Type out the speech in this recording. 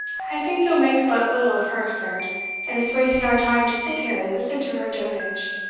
i think you'll make but little of her, sir and it's wasting our time to sit here and listen to her dotage.